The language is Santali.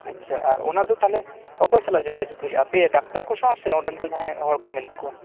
ᱟᱪᱪᱷᱟ ᱟᱨ ᱚᱱᱟ ᱫᱚ ᱛᱟᱦᱚᱞᱮ ᱚᱠᱚᱭ ᱥᱟᱞᱟᱜ ᱡᱳᱜᱟ ᱡᱳᱜ ᱦᱩᱭᱩᱜᱼᱟ ᱟᱯᱮ ᱰᱟᱠᱛᱟᱨ ᱠᱚ ᱥᱟᱶ ᱥᱮ ᱚᱰᱮᱱ ᱠᱚ ᱡᱟᱦᱟᱸᱭ ᱦᱚᱲ ᱠᱚ ᱢᱮᱱᱟᱜ ᱠᱚᱶᱟ